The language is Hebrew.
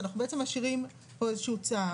אנחנו בעצם משאירים פה איזה שהוא צו,